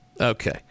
Okay